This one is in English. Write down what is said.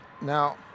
Now